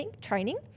training